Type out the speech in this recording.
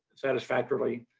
satisfactorily.